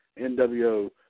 NWO